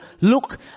look